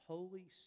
Holy